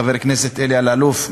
חבר הכנסת אלי אלאלוף,